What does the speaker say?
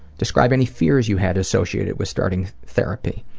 describe any fears you had associated with starting therapy.